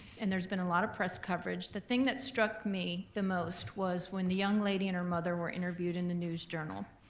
and there's been a lot of press coverage, the thing that struck me the most was when the young lady and her mother were interviewed in the news journal.